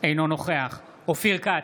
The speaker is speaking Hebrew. אינו נוכח אופיר כץ,